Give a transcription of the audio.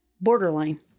borderline